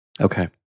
Okay